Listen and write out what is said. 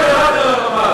הידרדרתם לרמה הזאת.